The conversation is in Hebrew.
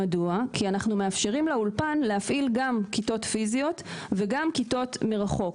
כי אנחנו מאפשרים לאולפן להפעיל גם כיתות פיזיות וגם כיתות מרחוק,